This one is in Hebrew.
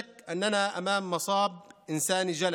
להלן תרגומם: אין ספק שאנחנו עומדים מול סבל אנושי גדול,